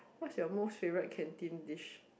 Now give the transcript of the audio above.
what's your most favourite canteen dish